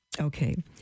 Okay